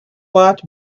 lot